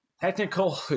technical